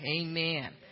Amen